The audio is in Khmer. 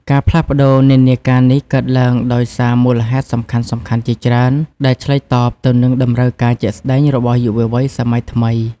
ការផ្លាស់ប្ដូរនិន្នាការនេះកើតឡើងដោយសារមូលហេតុសំខាន់ៗជាច្រើន ដែលឆ្លើយតបទៅនឹងតម្រូវការជាក់ស្ដែងរបស់យុវវ័យសម័យថ្មី។